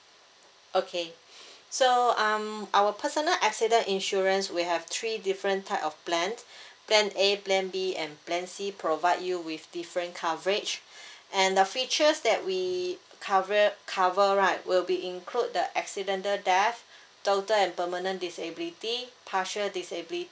okay so um our personal accident insurance we have three different type of plan plan A plan B and plan C provide you with different coverage and the features that we covered cover right will be include the accidental death total and permanent disability partial disability